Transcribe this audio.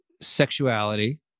sexuality